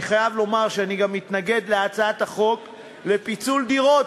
אני חייב לומר שאני גם מתנגד להצעת החוק לפיצול דירות,